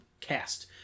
cast